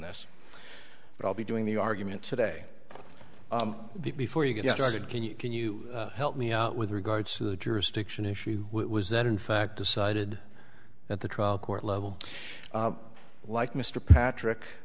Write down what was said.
this i'll be doing the argument today before you get started can you can you help me out with regards to the jurisdiction issue was that in fact decided at the trial court level like mr patrick